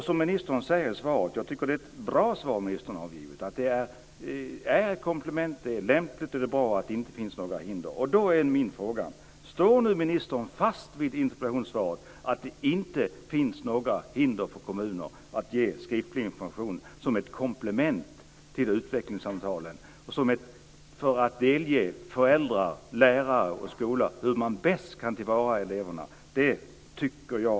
Som ministern säger i svaret, och jag tycker att det är ett bra svar, är det ett lämpligt komplement. Det är bra att det inte finns några hinder. Då är min fråga: Står ministern fast vid interpellationssvaret, att det inte finns några hinder för kommuner att ge skriftlig information som ett komplement till utvecklingssamtalen för att delge föräldrar, lärare och skola hur man bäst kan tillvarata elevernas intressen?